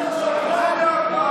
אתה שקרן.